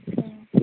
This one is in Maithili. हूँ